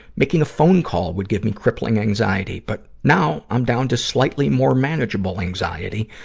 making a phone call would give me crippling anxiety. but now, i'm down to slightly more manageable anxiety,